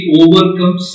overcome